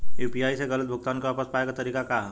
UPI से गलत भुगतान के वापस पाये के तरीका का ह?